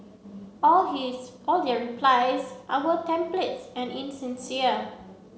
all his all their replies are were templates and insincere